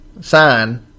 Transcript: sign